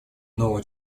нового